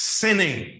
sinning